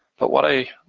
but what i,